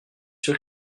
sûr